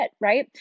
right